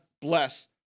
bless